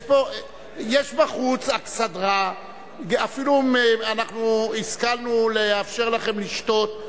יש בחוץ אכסדרה, אפילו הסכמנו לאפשר לכם לשתות.